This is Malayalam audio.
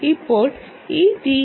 ഇപ്പോൾ ഈ ടി